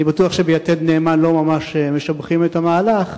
אני בטוח שב"יתד נאמן" לא ממש משבחים את המהלך,